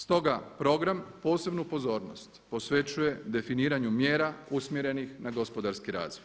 Stoga program posebnu pozornost posvećuje definiranju mjera usmjerenih na gospodarski razvoj.